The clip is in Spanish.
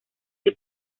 del